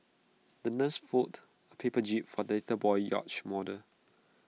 the nurse folded A paper jib for that little boy's yacht model